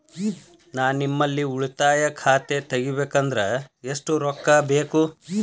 ನಾ ನಿಮ್ಮಲ್ಲಿ ಉಳಿತಾಯ ಖಾತೆ ತೆಗಿಬೇಕಂದ್ರ ಎಷ್ಟು ರೊಕ್ಕ ಬೇಕು?